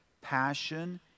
passion